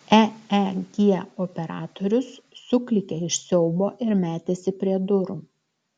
eeg operatorius suklykė iš siaubo ir metėsi prie durų